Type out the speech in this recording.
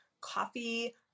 coffee